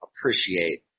appreciate